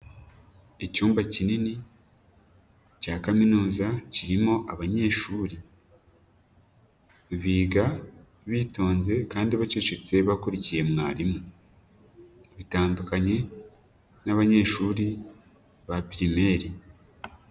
Icyumba kinini cya kaminuza kirimo abanyeshuri. Biga bitonze kandi bacecetse bakurikiye mwarimu. Bitandukanye n'abanyeshuri ba pirimere.